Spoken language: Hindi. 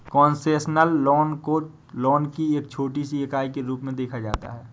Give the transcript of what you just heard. कोन्सेसनल लोन को लोन की एक छोटी सी इकाई के रूप में देखा जाता है